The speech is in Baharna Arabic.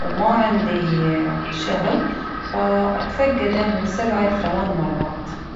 وما عندي اه شغل فاتفقده من سبعة لثمان مرات.